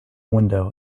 window